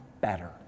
better